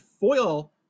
foil